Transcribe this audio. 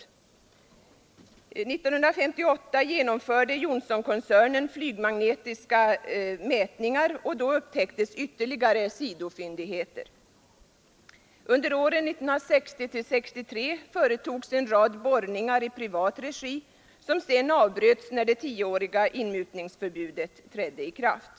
År 1958 genomförde Johnsonkoncernen flygmagnetiska mätningar, och då upptäcktes även stora sidofyndigheter. Under åren 1960—1963 företogs en rad borrningar i privat regi, som avbröts när det tioåriga inmutningsförbudet trädde i kraft.